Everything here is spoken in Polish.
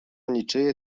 niczyje